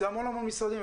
זה המון-המון משרדים.